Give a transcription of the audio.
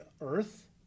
earth